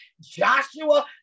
Joshua